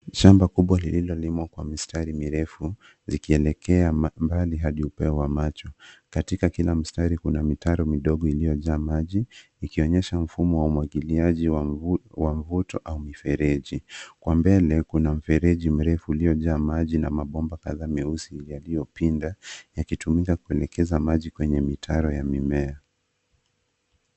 Shamba kubwa lililolimwa kwa mistari mirefu zikielekea mbali hadi upeo wa macho. Katika kila mstari kuna mitaro midogo iliyojaa maji, ikionyesha mfumo wa umwagiliaji wa mvuto au mifereji. Kwa mbele kuna mfereji mrefu uliojaa maji na mabomba kadhaa meusi yaliyopinda, yakitumika kuelekeza maji kwenye mitaro ya mimea.